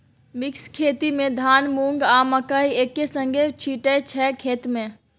mix खेती मे धान, मुँग, आ मकय एक्के संगे छीटय छै खेत मे